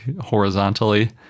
horizontally